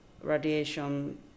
radiation